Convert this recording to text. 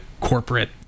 corporate